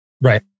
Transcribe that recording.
right